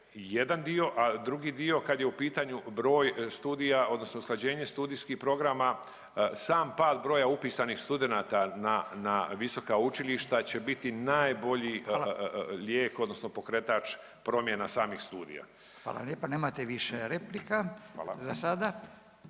jedan dio, a drugi dio kad je u pitanju broj studija, odnosno usklađenje studijskih programa sam pad broja upisanih studenata na visoka učilišta će biti najbolji lijek, odnosno pokretač promjena samih studija. **Radin, Furio (Nezavisni)** Hvala lijepa. Nemate više replika za sada